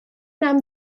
nahm